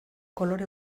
kolore